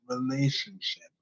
relationship